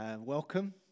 Welcome